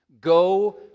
Go